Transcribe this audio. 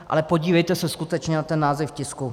Ale podívejte se skutečně na název tisku.